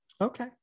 Okay